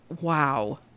wow